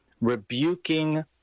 rebuking